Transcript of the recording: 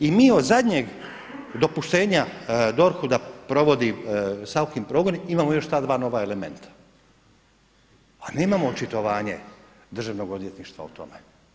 I mi od zadnjeg dopuštenja DORH-u da provodi Sauchin progon imamo još ta dva nova elementa, a nemamo očitovanje Državnog odvjetništva o tome.